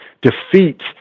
defeat